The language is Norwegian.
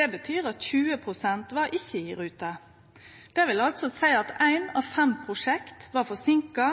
Det betyr at 20 pst. ikkje var i rute. Det vil altså seie at eitt av fem prosjekt var forsinka,